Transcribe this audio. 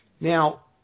Now